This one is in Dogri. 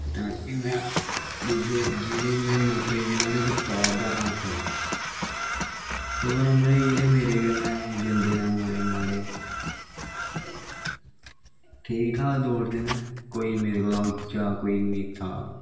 इयैां जेह्दे च मिगी नौकरी मिलग ओह्दे च में टॉप दा रैंक लैना दुऐ नंबर एह् मेरै कन्नै जंदा न मुड़े मड़े ठीक ठाक दौड़दे नै कोई मेरे कोला दा उच्चा कोई नीठा